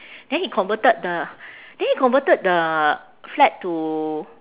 then he converted the then he converted the flat to